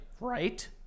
Right